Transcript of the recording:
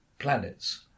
planets